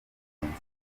banjye